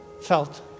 felt